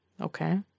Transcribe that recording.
Okay